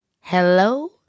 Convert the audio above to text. hello